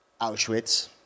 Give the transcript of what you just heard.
Auschwitz